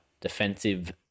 defensive